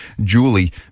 Julie